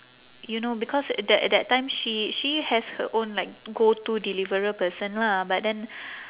you know because that that time she she has her own like go-to deliverer person lah but then